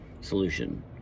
solution